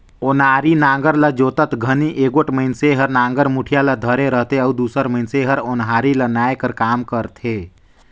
ओनारी नांगर ल जोतत घनी एगोट मइनसे हर नागर मुठिया ल धरे रहथे अउ दूसर मइनसे हर ओन्हारी ल नाए कर काम करथे